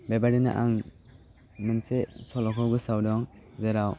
बेबायदिनो आं मोनसे सल'खौ गोसोआव दं जेराव